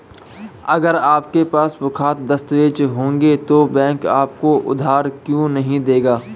अगर आपके पास पुख्ता दस्तावेज़ होंगे तो बैंक आपको उधार क्यों नहीं देगा?